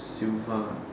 silver